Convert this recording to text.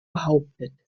behauptet